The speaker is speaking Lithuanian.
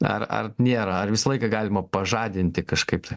ar ar nėra ar visą laiką galima pažadinti kažkaip tai